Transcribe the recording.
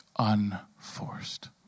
Unforced